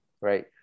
right